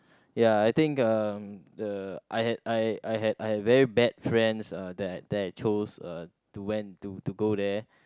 ya I think uh the I had I I had I had very bad friends ah that that chose to went to to go there